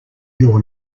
your